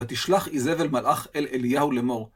ותשלח איזבל מלאך אל אליהו לאמור.